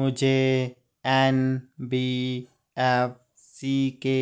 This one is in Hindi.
मुझे एन.बी.एफ.सी के